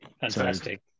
Fantastic